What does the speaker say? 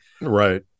Right